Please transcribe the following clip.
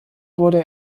wurde